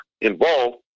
involved